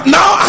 now